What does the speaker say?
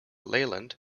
leyland